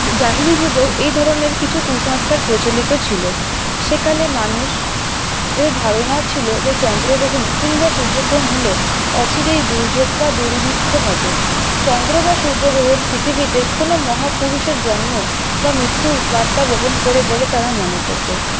জাহিরি যুগেও এই ধরনের কিছু কুসংস্কার প্রচলিত ছিল সেকালে মানুষ ও ধারণা ছিল চন্দ্রগ্রহণ কিংবা সূর্যগ্রহণ হলে অচিরেই দুর্যোগ বা দুর্ভিক্ষ হবে চন্দ্র বা সূর্যগ্রহণ পৃথিবীতে কোন মহাপুরুষের জন্ম বা মৃত্যুর বার্তা বহন করে বলে তারা মনে করতো